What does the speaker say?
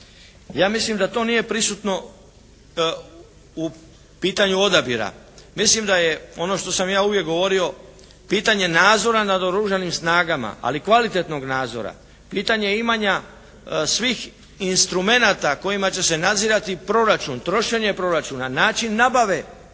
ja mislim da to nije prisutno u pitanju odabira. Mislim da je, ono što sam ja uvijek govorio pitanje nadzora nad Oružanim snagama, ali kvalitetnog nadzora, pitanje imanja svih instrumenata kojima će se nadzirati proračun, trošenje proračuna, način nabave